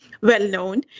well-known